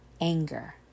anger